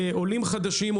עולים חדשים,